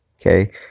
okay